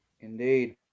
Indeed